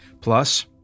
Plus